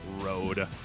road